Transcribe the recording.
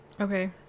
Okay